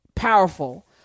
Powerful